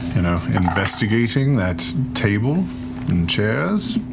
you know, investigating that table and chairs?